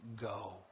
go